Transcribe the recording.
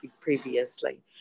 previously